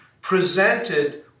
presented